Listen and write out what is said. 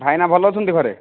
ଭାଇନା ଭଲ ଅଛନ୍ତି ଘରେ